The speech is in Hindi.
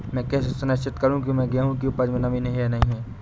मैं कैसे सुनिश्चित करूँ की गेहूँ की उपज में नमी है या नहीं?